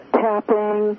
tapping